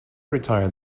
retired